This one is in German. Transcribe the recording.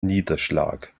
niederschlag